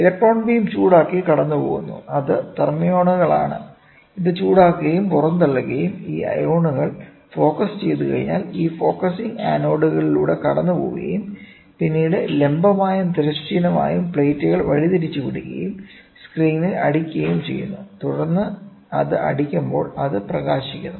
electron beam ചൂടാക്കി കടന്നുപോകുന്നു അത് തെർമിയോണുകളാണ് ഇത് ചൂടാക്കുകയും പുറന്തള്ളുകയും ഈ അയോണുകൾ ഫോക്കസ് ചെയ്തുകഴിഞ്ഞാൽ ഈ ഫോക്കസിംഗ് ആനോഡുകളിലൂടെ കടന്നുപോകുകയും പിന്നീട് ലംബമായും തിരശ്ചീനമായും പ്ലേറ്റുകൾ വഴിതിരിച്ചുവിടുകയും സ്ക്രീനിൽ അടിക്കുകയും ചെയ്യുന്നു തുടർന്ന് അത് അടിക്കുമ്പോൾ അത് പ്രകാശിക്കുന്നു